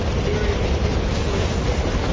there is a disproportionate